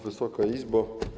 Wysoka Izbo!